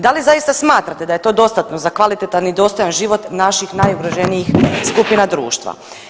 Da li zaista smatrate da je to dostatno za kvalitetan i dostojan život naših najugroženijih skupina društva?